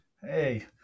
hey